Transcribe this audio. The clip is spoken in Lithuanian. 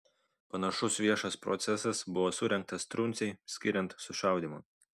panašus viešas procesas buvo surengtas truncei skiriant sušaudymą